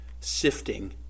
sifting